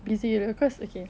busy you know cause okay